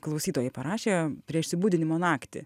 klausytojai parašė prie išsibudinimo naktį